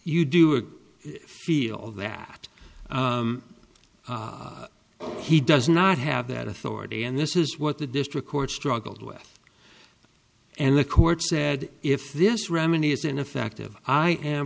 you do or feel that he does not have that authority and this is what the district court struggled with and the court said if this remedy isn't effective i am